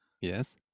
Yes